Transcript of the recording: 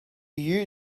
you